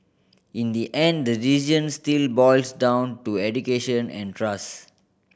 in the end the decision still boils down to education and trust